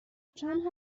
چند